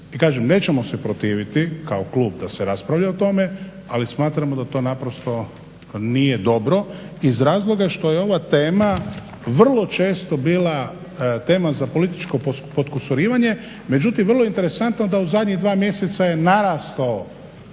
nećemo se protiviti kao klub da se raspravlja o tome, ali smatramo da to naprosto nije dobro iz razloga što je ova tema vrlo često bila tema za političko potkusurivanje, međutim vrlo interesantno da u zadnjih dva mjeseca je narastao